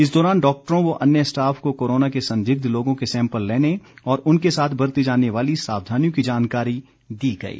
इस दौरान डॉक्टरों व अन्य स्टाफ को कोरोना के संदिग्ध लोगों के सैंपल लेने और उनके साथ बरती जाने वाली सावधानियों की जानकारी दी गई